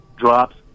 drops